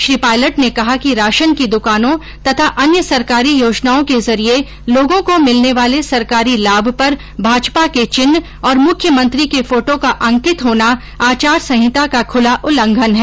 श्री पायलट ने कहा कि राशन की द्कानों तथा अन्य सरकारी योजनाओं के जरिये लोगों को मिलने वाले सरकारी लाभ पर भाजपा के चिन्ह और मुख्यमंत्री के फोटो का अंकित होना आचार संहिता का खुला उल्लंघन हैं